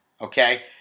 okay